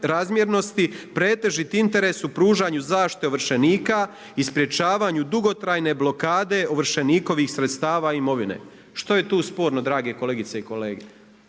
pretežit interes u pružanju zaštite ovršenika i sprečavanju dugotrajne blokade ovršenikovih sredstava imovine. Što je tu sporno drage kolegice i kolege?